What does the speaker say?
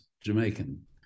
Jamaican